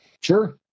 Sure